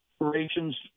operations